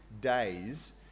days